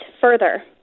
Further